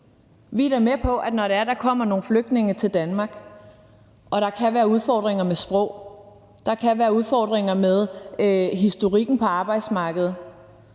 Vi er da med på, når der kommer nogle flygtninge til Danmark, at der kan være udfordringer med sproget og der kan være udfordringer med historikken på arbejdsmarkedet